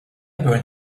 burned